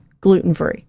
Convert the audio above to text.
gluten-free